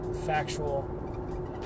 factual